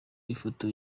ifoto